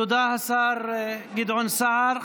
תודה, השר גדעון סער.